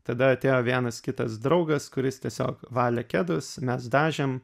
tada atėjo vienas kitas draugas kuris tiesiog valė kedus mes dažėm